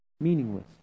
meaningless